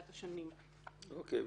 התשכ"ה-1964,